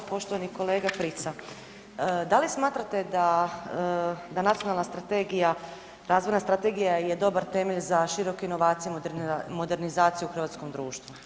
Poštovani kolega Prica da li smatrate da Nacionalna strategija, Razvojna strategija je dobar temelj za široke inovacije, modernizaciju u hrvatskom društvu?